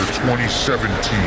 2017